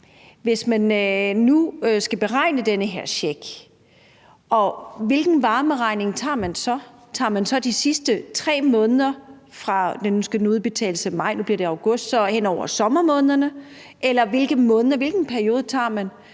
Hvis man nu skal beregne den her check, hvilken varmeregning tager man så? Tager man så de sidste 3 måneder? Nu skal den udbetales til maj, så det bliver august og altså hen over sommermånederne. Eller hvilken periode tager man?